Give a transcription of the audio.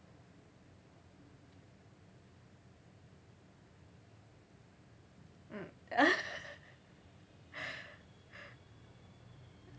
mm